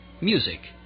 music